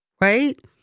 right